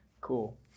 Cool